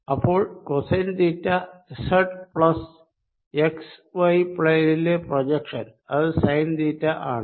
അപ്പോൾ cosine theta Z plus X Y പ്ളേനിലെ projection അത് സൈൻ തീറ്റ ആണ്